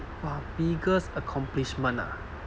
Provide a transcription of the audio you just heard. !wah! biggest accomplishment ah